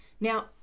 Now